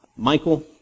Michael